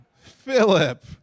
Philip